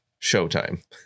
showtime